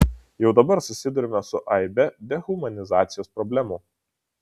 jau dabar susiduriame su aibe dehumanizacijos problemų